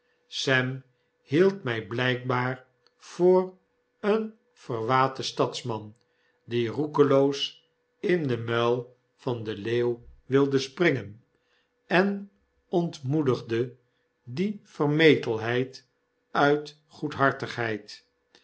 sem hield my blykbaar voor een verwaten stadsman die roekeloos in den muil van den leeuw wilde springen en ontmoedigde die vermetelheid uit